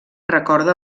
recorda